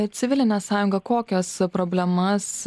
civilinė sąjunga kokias problemas